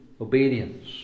obedience